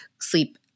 sleep